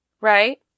Right